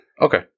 Okay